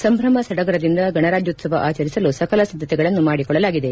ಸಂಭ್ರಮ ಸಡಗರದಿಂದ ಗಣರಾಜ್ಲೋತ್ಸವ ಆಚರಿಸಲು ಸಕಲ ಸಿದ್ದತೆಗಳನ್ನು ಮಾಡಿಕೊಳ್ಳಲಾಗಿದೆ